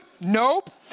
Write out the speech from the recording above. nope